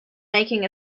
making